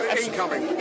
incoming